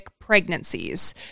pregnancies